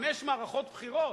חמש מערכות בחירות,